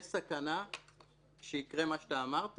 יש סכנה שיקרה מה שאמרת.